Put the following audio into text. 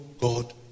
God